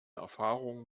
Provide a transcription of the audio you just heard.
erfahrung